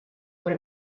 what